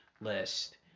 list